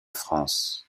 france